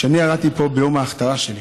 כשאני ירדתי פה ביום ההכתרה שלי,